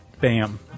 Bam